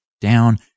down